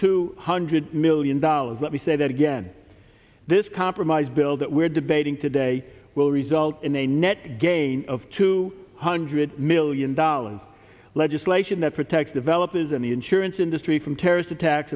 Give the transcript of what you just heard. two hundred million dollars let me say that again this compromise bill that we're debating today will result in a net gain of two hundred million dollars legislation that protects developers and the insurance industry from terrorist attacks